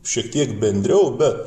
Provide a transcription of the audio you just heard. šiek tiek bendriau bet